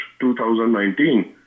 2019